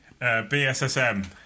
BSSM